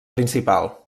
principal